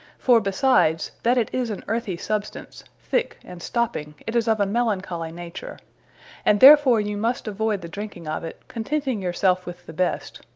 for besides, that it is an earthy substance, thick, and stopping, it is of a malancholy nature and therefore you must avoid the drinking of it, contenting your selfe with the best,